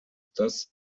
das